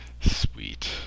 Sweet